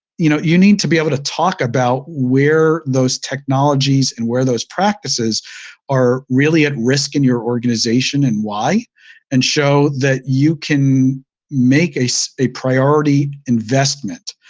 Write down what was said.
you know you need to be able to talk about where those technologies and where those practices are really at risk in your organization and why and show that you can make a so a priority investment.